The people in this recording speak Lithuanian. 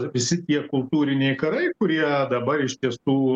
visi tie kultūriniai karai kurie dabar iš tiesų